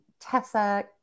Tessa